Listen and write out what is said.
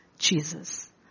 Jesus